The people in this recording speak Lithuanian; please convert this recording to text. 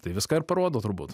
tai viską ir parodo turbūt